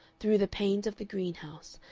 through the panes of the greenhouse,